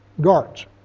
guards